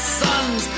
sons